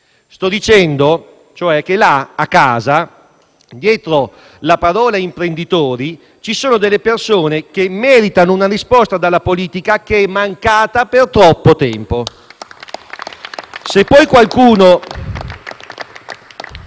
Sto dicendo cioè che là, a casa, dietro la parola «imprenditori» ci sono delle persone che meritano una risposta dalla politica, che è mancata per troppo tempo. *(Applausi